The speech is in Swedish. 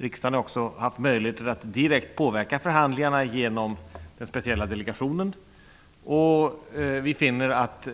Riksdagen har också haft möjligheter att direkt påverka förhandlingarna genom den speciella delegationen. Vi finner att